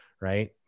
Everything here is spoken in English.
right